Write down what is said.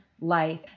life